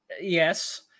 Yes